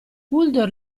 uldor